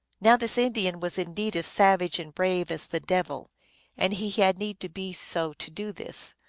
now this indian was indeed as savage and brave as the devil and he had need to be so to do this,